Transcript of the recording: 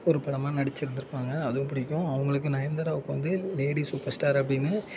ஒரு படமாக நடிச்சிருந்திருப்பாங்க அதுவும் பிடிக்கும் அவங்களுக்கு நயன்தாராவுக்கு வந்து லேடி சூப்பர் ஸ்டார் அப்படின்னு